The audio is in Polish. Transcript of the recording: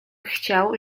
chciał